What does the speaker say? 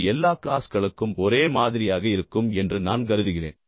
இது எல்லா க்ளாஸ்களுக்கும் ஒரே மாதிரியாக இருக்கும் என்று நான் கருதுகிறேன்